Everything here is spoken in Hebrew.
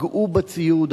פגעו בציוד,